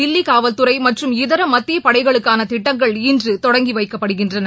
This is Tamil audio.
தில்லி காவல்துறை மற்றும் இதர மத்தியப்படைகளுக்கான திட்டங்கள் இன்று தொடங்கி வைக்கப்படுகின்றன